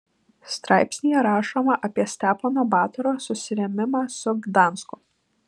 straipsnyje rašoma apie stepono batoro susirėmimą su gdansku